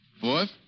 Fourth